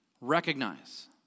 recognize